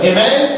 Amen